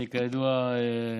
אני, כידוע,